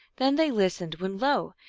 then they listened, when lo!